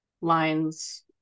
lines